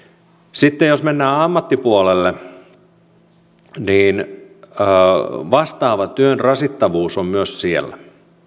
sitten jos mennään ammattipuolelle niin vastaava työn rasittavuus on myös siellä